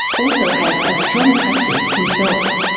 also has a strong practice himself.